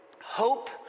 hope